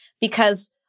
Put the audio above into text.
because-